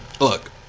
look